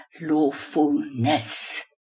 lawfulness